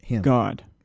God